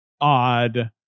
odd